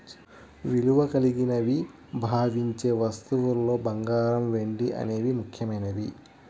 విలువ కలిగినవిగా భావించే వస్తువుల్లో బంగారం, వెండి అనేవి ముఖ్యమైనవి